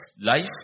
life